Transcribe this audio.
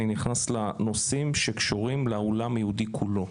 אני נכנס לנושאים שקשורים לעולם היהודי כולו,